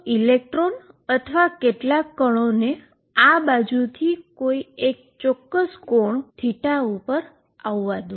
electron અથવા કેટલાક પાર્ટીકલને આ બાજુથી કોઈ એક ચોક્કસ એન્ગલ θ પર આવવા દો